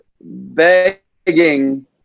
Begging